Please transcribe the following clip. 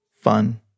fun